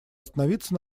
остановиться